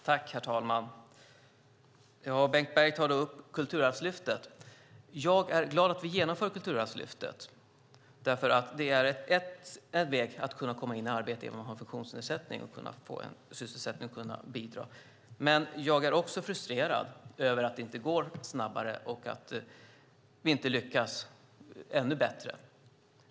Herr talman! Bengt Berg tar upp Kulturarvslyftet. Jag är glad att vi genomför Kulturarvslyftet. Det är en väg att komma in i arbete, få en sysselsättning och kunna bidra även om man har en funktionsnedsättning. Men jag är också frustrerad över att det inte går snabbare och att vi inte lyckas ännu bättre.